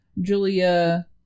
Julia